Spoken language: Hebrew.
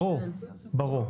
ברור, ברור.